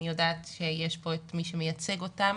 אני יודעת שנמצא כאן מי שמייצג אותן